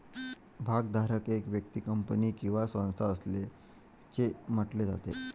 भागधारक एक व्यक्ती, कंपनी किंवा संस्था असल्याचे म्हटले जाते